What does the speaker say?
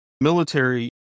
military